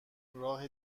راه